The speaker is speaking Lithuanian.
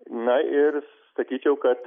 na ir statyčiau kad